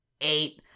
eight